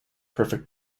perfect